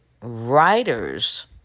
writer's